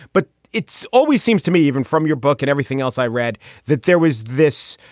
but it's always seems to me, even from your book and everything else i read that there was this.